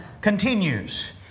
continues